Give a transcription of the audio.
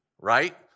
Right